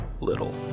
little